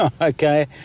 Okay